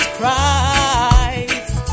Christ